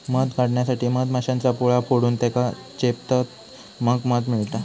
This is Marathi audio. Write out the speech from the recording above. मध काढण्यासाठी मधमाश्यांचा पोळा फोडून त्येका चेपतत मग मध मिळता